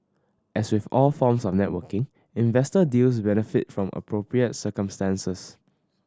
as with all forms of networking investor deals benefit from appropriate circumstances